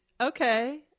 Okay